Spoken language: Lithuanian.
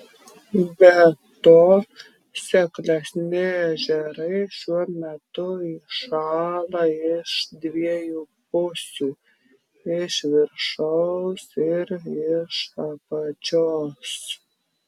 be to seklesni ežerai šiuo metu įšąla iš dviejų pusių iš viršaus ir iš apačios